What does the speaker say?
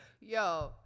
Yo